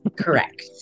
Correct